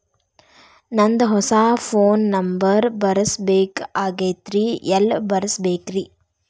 ನಂದ ಹೊಸಾ phone number ಬರಸಬೇಕ್ ಆಗೈತ್ರಿ ಎಲ್ಲೆ ಬರಸ್ಬೇಕ್ರಿ?